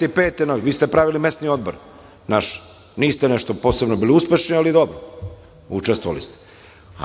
i peti. Vi ste pravili mesni odbor, naš. Niste nešto posebno bili uspešni, ali dobro, učestvovali ste.